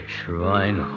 Shrine